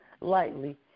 lightly